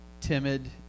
timid